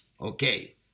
Okay